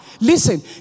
Listen